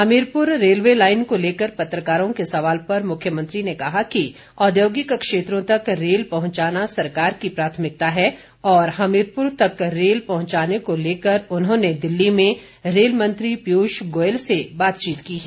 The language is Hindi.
हमीरपुर रेलवे लाइन को लेकर पत्रकारों के सवाल पर मुख्यमंत्री ने कहा कि औद्योगिक क्षेत्रों तक रेल पहुंचाना सरकार की प्राथमिकता है और हमीरपुर तक रेल पहुंचाने को लेकर उन्होंने दिल्ली में रेल मंत्री पीयूष गोयल से बातचीत की है